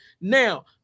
Now